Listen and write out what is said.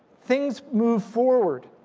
things move forward.